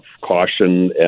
caution